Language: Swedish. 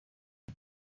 det